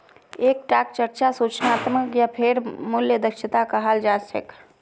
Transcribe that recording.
एक टाक चर्चा सूचनात्मक या फेर मूल्य दक्षता कहाल जा छे